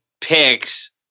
picks